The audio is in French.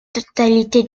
totalité